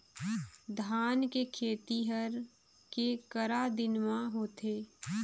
धान के खेती हर के करा दिन म होथे?